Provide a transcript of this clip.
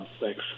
Thanks